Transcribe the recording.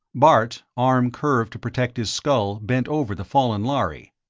bart, arm curved to protect his skull, bent over the fallen lhari,